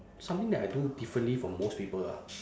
something that I do differently from most people ah